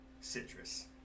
citrus